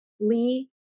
Lee